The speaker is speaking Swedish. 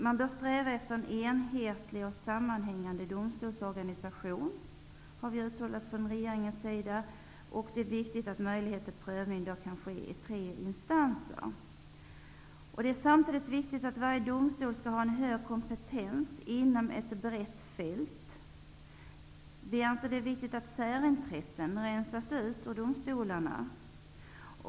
Vi bör sträva efter en enhetlig och sammanhängande domstolsorganisation, har man uttalat från regeringens sida. Det är viktigt att prövning kan ske i tre instanser. Det är samtidigt viktigt att varje domstol har en stor kompetens inom ett brett fält. Vi anser att det är viktigt att särintressen rensas ut ur domstolarna.